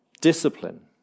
discipline